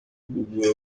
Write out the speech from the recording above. guhugura